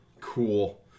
Cool